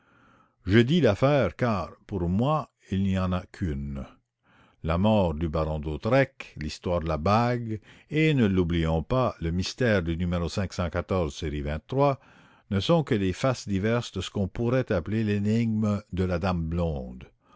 je dis l'affaire car pour moi il n'y en a qu'une la mort du baron d'hautois l'histoire de la bague et ne l'oublions pas le mystère du numéro série ne sont que les faces diverses de ce qu'on pourrait appeler l'énigme de la dame blonde